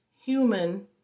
human